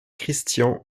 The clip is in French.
christian